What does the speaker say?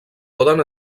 poden